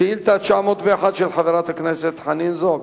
שאילתא 778 של חברת הכנסת חנין זועבי: